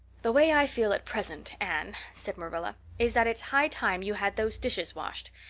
the way i feel at present, anne, said marilla, is that it's high time you had those dishes washed.